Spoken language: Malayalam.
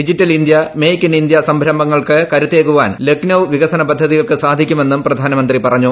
digital India Make in India സംരംഭങ്ങൾക്ക് കരുത്തേകുവാൻ ലക്നൌ വികസന പദ്ധതികൾക്ക് സാധിക്കുമെന്നും പ്രധാനമന്ത്രി പറഞ്ഞു